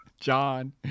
John